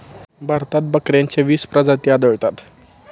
भारतात बकऱ्यांच्या वीस प्रजाती आढळतात